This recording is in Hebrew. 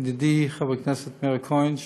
ידידי חבר הכנסת מאיר כהן,